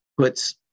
puts